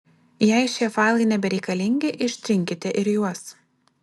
jei šie failai nebereikalingi ištrinkite ir juos